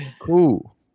Cool